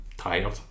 tired